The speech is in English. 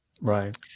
right